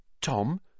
Tom